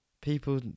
People